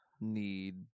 need